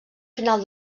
final